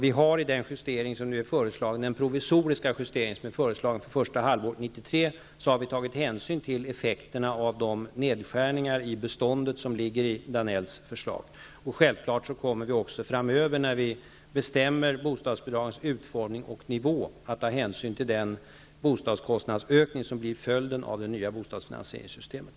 Vi har i den föreslagna provisoriska justeringen för första halvåret 1993 tagit hänsyn till effekterna av de nedskärningar i beståndet som ligger i Georg Danells förslag. Självfallet kommer vi framdeles när vi bestämmer bostadsbidragens utformning och nivå att ta hänsyn till den bostadskostnadsökning som blir följden av det nya bostadsfinansieringssystemet.